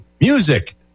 music